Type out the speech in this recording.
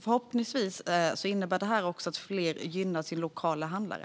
Förhoppningsvis innebär detta också att fler gynnar sin lokala handlare.